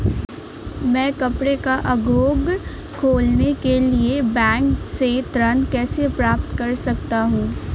मैं कपड़े का उद्योग खोलने के लिए बैंक से ऋण कैसे प्राप्त कर सकता हूँ?